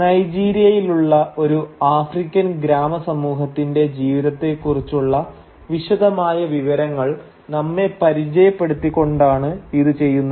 നൈജീരിയയിലുള്ള ഒരു ആഫ്രിക്കൻ ഗ്രാമ സമൂഹത്തിന്റെ ജീവിതത്തെ കുറിച്ചുള്ള വിശദമായ വിവരങ്ങൾ നമ്മെ പരിചയപ്പെടുത്തി കൊണ്ടാണ് ഇത് ചെയ്യുന്നത്